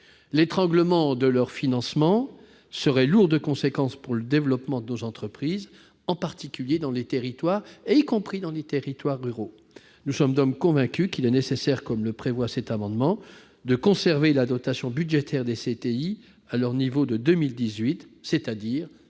L'étranglement de leur financement serait lourd de conséquences pour le développement de nos entreprises, en particulier dans les territoires, y compris dans les territoires ruraux. Nous sommes donc convaincus qu'il est nécessaire- c'est l'objet de cet amendement -de conserver la dotation budgétaire des CTI à leur niveau de 2018, c'est-à-dire 9,95